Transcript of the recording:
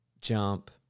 jump